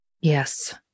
Yes